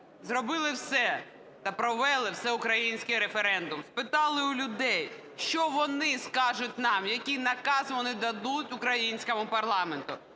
зробили все та провели всеукраїнський референдум, спитали у людей, що вони скажуть нам, який наказ вони дадуть українському парламенту.